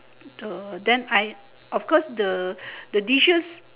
the then I of course the the dishes